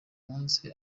munsi